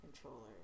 controller